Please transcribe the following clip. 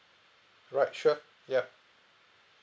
right sure ya